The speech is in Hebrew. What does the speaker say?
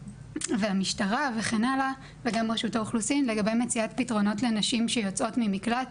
והמשטרה וגם רשות האוכלוסין לגבי מציאת פתרונות לנשים שיוצאות ממקלט,